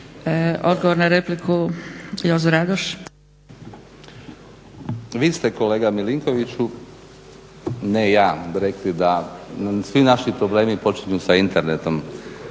Radoš. **Radoš, Jozo (HNS)** Vi ste kolega Milinkoviću, ne ja, rekli da svi naši problemi počinju sa internetom.